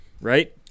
right